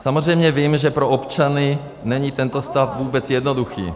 Samozřejmě vím, že pro občany není tento stav vůbec jednoduchý.